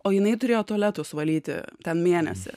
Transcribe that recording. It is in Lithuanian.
o jinai turėjo tualetus valyti ten mėnesį